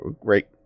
great